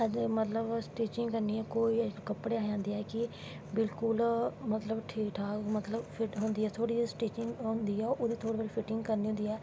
stitching करनी ऐं कोई कपड़े स्यांदे ऐ मतलव बिल्कुल मतलव ठीक ठाक मतलव फिट्ट होंदी ऐ थोह्ड़ी जी स्टिचिंग होंदी ऐ ओह्दी थोोह्ड़ी थोह्ड़ी स्टिचिंग करनां होंदी ऐ